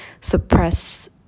suppress